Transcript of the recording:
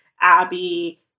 Abby